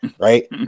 right